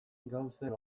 gauzen